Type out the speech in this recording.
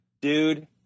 Dude